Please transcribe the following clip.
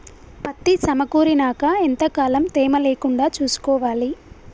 పత్తి సమకూరినాక ఎంత కాలం తేమ లేకుండా చూసుకోవాలి?